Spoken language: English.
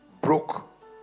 Broke